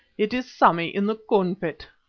it is sammy in the corn-pit!